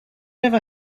never